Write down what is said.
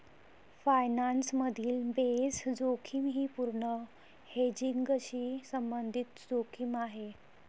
finance मधील base जोखीम ही अपूर्ण हेजिंगशी संबंधित जोखीम आहे